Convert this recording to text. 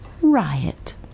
Riot